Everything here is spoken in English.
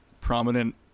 prominent